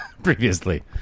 previously